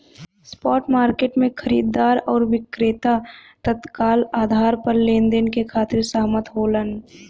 spot market में खरीदार आउर विक्रेता तत्काल आधार पर लेनदेन के खातिर सहमत होलन